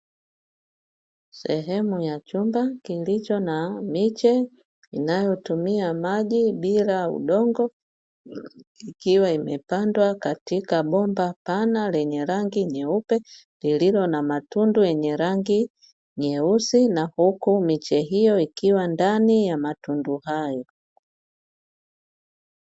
Sehemu ya chumba kilicho na miche inayotumia maji bila udongo, ikiwa imepandwa katika bomba pana lenye rangi nyeupe lililo na matundu yenye rangi nyeusi na huku miche hiyo ikiwa ndani ya matundu hayo.